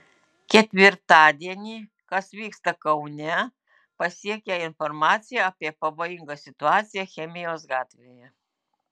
ketvirtadienį kas vyksta kaune pasiekė informacija apie pavojingą situaciją chemijos gatvėje